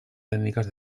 tècniques